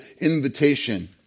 invitation